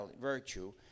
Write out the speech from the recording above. virtue